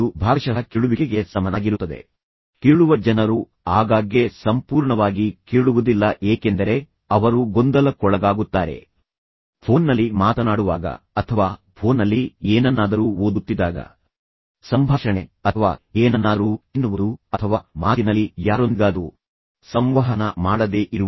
ಭಾಗಶಃ ಕೇಳುವಿಕೆಗೆ ಸಮನಾಗಿರುತ್ತದೆ ಕೇಳುವ ಜನರು ಆಗಾಗ್ಗೆ ಸಂಪೂರ್ಣವಾಗಿ ಕೇಳುವುದಿಲ್ಲ ಏಕೆಂದರೆ ಅವರು ಗೊಂದಲಕ್ಕೊಳಗಾಗುತ್ತಾರೆ ಫೋನ್ನಲ್ಲಿ ಮಾತನಾಡುವಾಗ ಅಥವಾ ಫೋನ್ನಲ್ಲಿ ಏನನ್ನಾದರೂ ಓದುತ್ತಿದ್ದಾಗ ಕಂಪ್ಯೂಟರ್ನಲ್ಲಿರುವ ವಸ್ತುಗಳು ಸಂಭಾಷಣೆ ಅಥವಾ ಸಂಭಾಷಣೆಯ ಸಮಯದಲ್ಲಿ ಏನನ್ನಾದರೂ ತಿನ್ನುವುದು ಅಥವಾ ಮಾತಿನಲ್ಲಿ ಯಾರೊಂದಿಗಾದರೂ ಸಂವಹನ ಮಾಡದೇ ಇರುವುದು